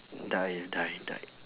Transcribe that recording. die die die